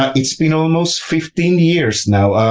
it's been almost fifteen years now.